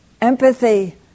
empathy